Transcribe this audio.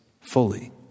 fully